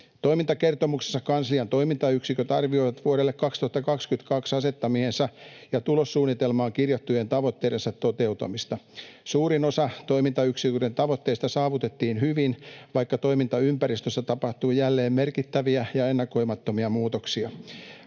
Toimintakertomuksessa kanslian toimintayksiköt arvioivat vuodelle 2022 asettamiensa ja tulossuunnitelmaan kirjattujen tavoitteiden toteutumista. Suurin osa toimintayksiköiden tavoitteista saavutettiin hyvin, vaikka toimintaympäristössä tapahtui jälleen merkittäviä ja ennakoimattomia muutoksia.